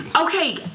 Okay